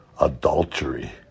adultery